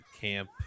camp